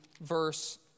verse